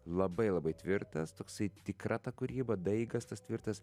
labai labai tvirtas toksai tikra ta kūryba daigas tas tvirtas